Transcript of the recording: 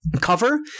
cover